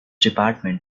department